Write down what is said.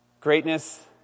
greatness